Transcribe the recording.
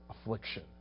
affliction